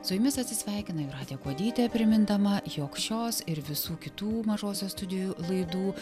su jumis atsisveikina jūratė kuodytė primindama jog šios ir visų kitų mažosios studijų laidų